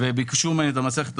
עכשיו, חברת הכנסת זועבי,